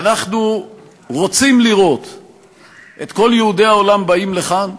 ואנחנו רוצים לראות את כל יהודי העולם באים לכאן,